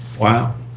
Wow